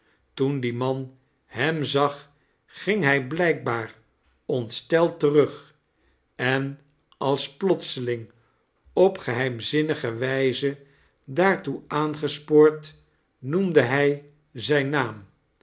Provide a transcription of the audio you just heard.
toen die man hem zag ging hij blijkbaar ontrteld terug en als plotseling op geheimzinnige wijze daartoe aangeepoord noemde hij zijn naam